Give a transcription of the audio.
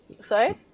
Sorry